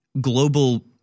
global